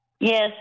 Yes